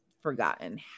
forgotten